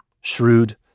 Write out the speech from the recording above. shrewd